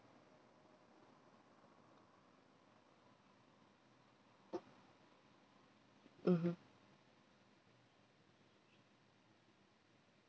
mmhmm